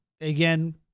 again